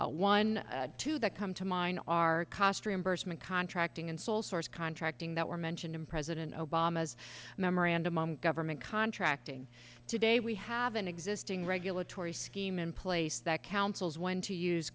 one two that come to mind are cost reimbursement contracting and sole source contracting that were mentioned in president obama's memorandum on government contracting today we have an existing regulatory scheme in place that counsels when to use